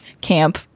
camp